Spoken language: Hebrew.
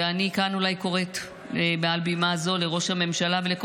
ואני כאן אולי קוראת מעל בימה זו לראש הממשלה ולכל